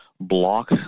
block